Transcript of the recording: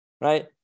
right